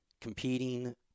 competing